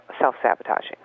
self-sabotaging